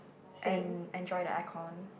and enjoy the aircon